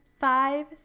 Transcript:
five